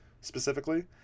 specifically